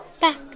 back